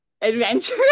adventure